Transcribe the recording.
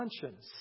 conscience